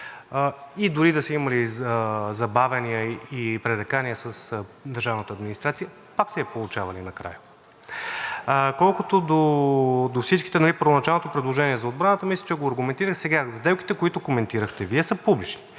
Дори да са имали забавяния и пререкания с държавната администрация, пак са я получавали накрая. Колкото до всичките – първоначалното предложение за отбраната мисля, че го аргументирах, сега, сделките, които коментирахте Вие, са публични.